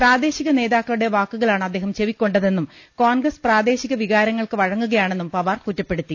പ്രാദേശിക നേതാക്കളുടെ വാക്കുകളാണ് അദ്ദേഹം ചെവിക്കൊണ്ടതെന്നും കോൺഗ്രസ് പ്രാദേശിക വികാ രങ്ങൾക്ക് വഴങ്ങുകയാണെന്നും പവാർ കുറ്റപ്പെടുത്തി